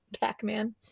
Pac-Man